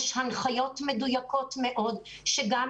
יש הנחיות מדויקות מאוד שגם,